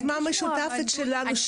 זו יוזמה משותפת שלנו,